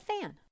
Fan